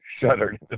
shuddered